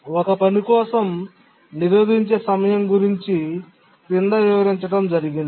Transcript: ఒక పని కోసం నిరోధించే సమయం గురించి కింద వివరించడం జరిగింది